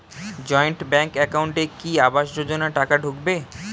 Joint bank একাউন্টে কি আবাস যোজনা টাকা ঢুকবে?